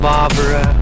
Barbara